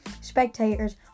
spectators